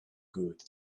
good